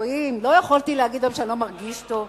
אלוהים, לא יכולתי להגיד שאני לא מרגיש טוב?